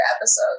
episode